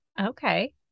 Okay